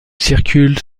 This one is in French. circule